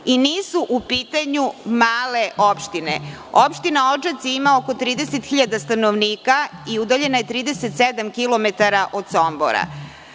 Nisu u pitanju male opštine. Opština Odžaci ima oko 30.000 stanovnika i udaljena je 37 kilometara od Sombora,